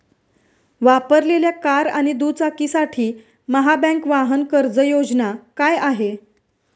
वापरलेल्या कार आणि दुचाकीसाठी महाबँक वाहन कर्ज योजना काय आहे?